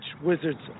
Wizards